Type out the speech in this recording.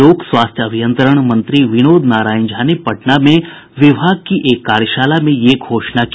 लोक स्वास्थ्य अभियंत्रण मंत्री विनोद नारायण झा ने पटना में विभाग की एक कार्यशाला में यह घोषणा की